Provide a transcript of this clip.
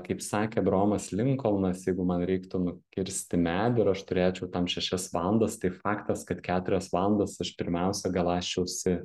kaip sakė abraomas linkolnas jeigu man reiktų nukirsti medį ir aš turėčiau tam šešias valandas tai faktas kad keturias valandas aš pirmiausia galąsčiausi